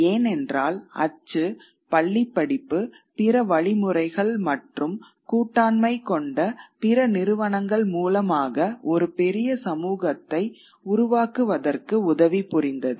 ஏனென்றால் அச்சு பள்ளிப்படிப்பு பிற வழிமுறைகள் மற்றும் கூட்டாண்மை கொண்ட பிற நிறுவனங்கள் மூலமாக ஒரு பெரிய சமூகத்தை உருவாக்குவதற்கு உதவி புரிந்தது